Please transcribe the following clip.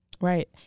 Right